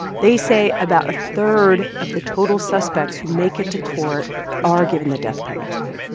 they say about a third of the total suspects who make it to court are given the death penalty.